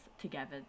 together